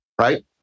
right